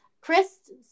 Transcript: Chris